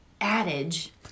adage